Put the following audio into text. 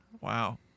wow